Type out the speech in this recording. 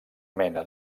mena